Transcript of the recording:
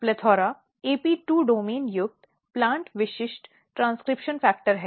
PLETHORA AP2 domain युक्त plant विशिष्ट transcription factor है